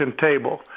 table